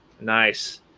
nice